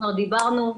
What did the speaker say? כבר דיברנו,